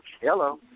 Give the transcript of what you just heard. Hello